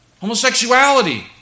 Homosexuality